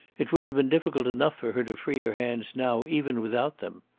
it would have been difficult enough for her to free her hands now, even without them.